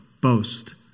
boast